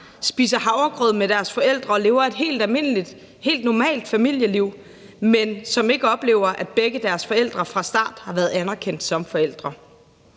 spiser havregrød med deres forældre, og som lever et helt normalt familieliv, men som ikke oplever, at begge deres forældre fra starten har været anerkendt som forældre.